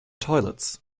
toilets